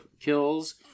kills